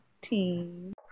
team